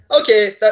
Okay